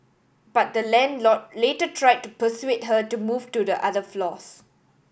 but the landlord later tried to persuade her to move to the other floors